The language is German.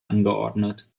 angeordnet